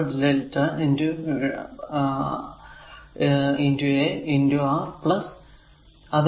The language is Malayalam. R lrmΔ a R ഗുണനം